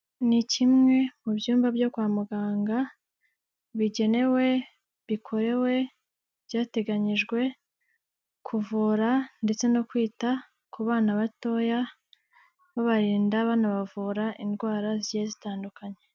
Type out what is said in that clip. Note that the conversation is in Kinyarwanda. Ni kimwe mu byumba byo kwa muganga, bigenewe, bikorewe, byateganyirijwe kuvura ndetse no kwita kubana batoya babarinda banabavura indwara zigiye zitandukanye.